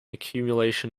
accumulation